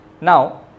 Now